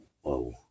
whoa